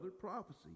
prophecy